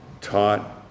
taught